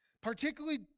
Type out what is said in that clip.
Particularly